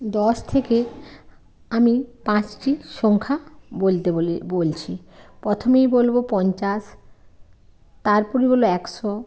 দশ থেকে আমি পাঁচটি সংখ্যা বলতে বলে বলছি প্রথমেই বলব পঞ্চাশ তারপরই বলব একশো